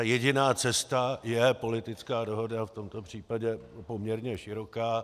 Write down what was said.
Jediná cesta je politická dohoda, v tomto případě poměrně široká.